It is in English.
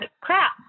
Crap